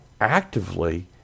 actively